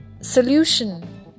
solution